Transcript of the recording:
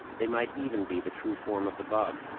they might even be the true form of the bug,